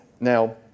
Now